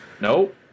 Nope